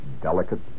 delicate